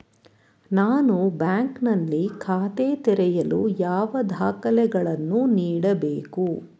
ನಾನು ಬ್ಯಾಂಕ್ ನಲ್ಲಿ ಖಾತೆ ತೆರೆಯಲು ಯಾವ ದಾಖಲೆಗಳನ್ನು ನೀಡಬೇಕು?